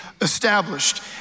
established